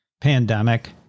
pandemic